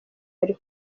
bari